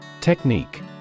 Technique